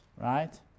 right